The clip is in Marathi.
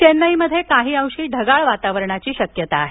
चेन्नईमध्ये काही अंशी ढगाळ वातावरणाची शक्यता आहे